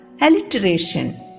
alliteration